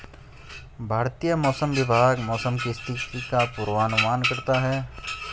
भारतीय मौसम विभाग मौसम की स्थिति का पूर्वानुमान करता है